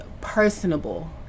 personable